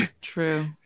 True